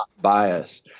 bias